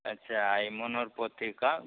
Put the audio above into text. अच्छा यह मोनोस्पति का